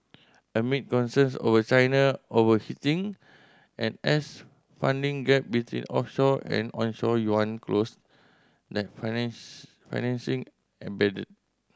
amid concerns over China overheating and as funding gap between offshore and onshore yuan closed that finance financing ebbed